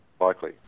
likely